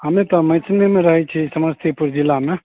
हमे तऽ मेहसिनेमे रहैत छी समस्तीपुर जिलामे